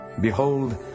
Behold